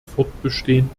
fortbestehen